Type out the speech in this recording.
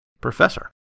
Professor